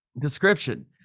Description